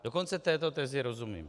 Dokonce této tezi rozumím.